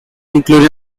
including